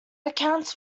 accounts